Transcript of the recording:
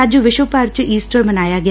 ਅੱਜ ਵਿਸ਼ਵ ਭਰ 'ਚ ਈਸਟਰ ਮਨਾਇਆ ਗਿਆ